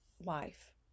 life